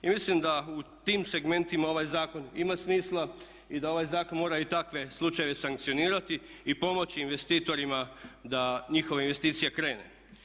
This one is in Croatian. I mislim da u tim segmentima ovaj zakon ima smisla i da ovaj zakon mora i takve slučajeve sankcionirati i pomoći investitorima da njihova investicija krene.